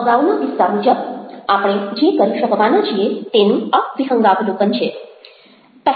અગાઉના કિસ્સા મુજબ આપણે જે કરી શકવાના છીએ તેનું આ વિહંગાવલોકન છે